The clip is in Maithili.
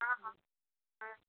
हँ हँ हूँ